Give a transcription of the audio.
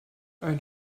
ein